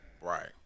Right